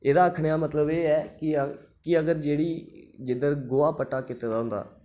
एह्दा आखने दा मतलब एह् ऐ कि अगर जेह्ड़ी जिद्धर गोहा पट्टा कीते दा होंदा